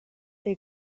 they